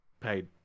paid